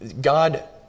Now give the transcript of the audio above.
God